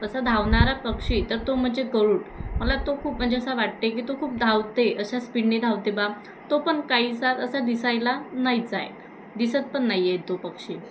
असा धावणारा पक्षी तर तो म्हणजे गरूड मला तो खूप म्हणजे असा वाटते की तो खूप धावते अशा स्पिडने धावते बा तो पण काहीसा असा दिसायला नाहीच आहे दिसत पण नाही आहे तो पक्षी